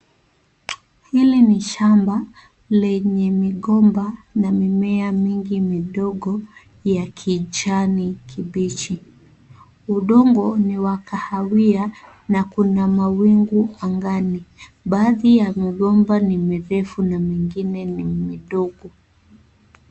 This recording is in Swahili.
Hili ni shamba lenye migomba na mimea mingi midogo ya kijani kibichi. Udongo ni wa kahawia na kuna mawingu angani. Baadhi ya migomba ni mirefu na mingine ni midogo.